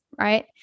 right